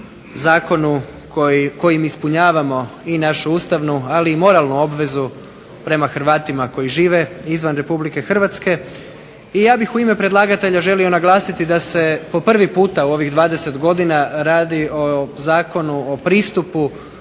zakonu kojim ispunjavamo i našu ustavnu, ali i moralnu obvezu prema Hrvatima koji žive izvan Republike Hrvatske, i ja bih u ime predlagatelja želio naglasiti da se po prvi puta u ovih 20 godina radi o zakonu, o pristupu